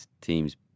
teams